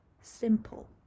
simple